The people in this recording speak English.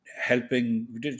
helping